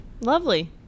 Lovely